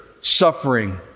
suffering